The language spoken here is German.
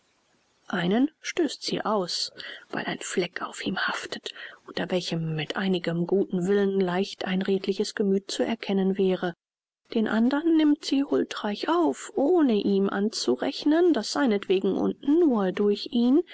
einen stößt sie aus weil ein fleck auf ihm haftet unter welchem mit einigem guten willen leicht ein redliches gemüth zu erkennen wäre den andern nimmt sie huldreich auf ohne ihm anzurechnen daß seinetwegen und nur durch ihn